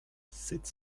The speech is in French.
sept